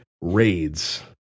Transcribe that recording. raids